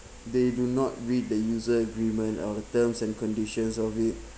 they do not read the user agreement our terms and conditions of it